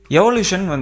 evolution